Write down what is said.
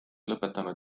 lõpetanud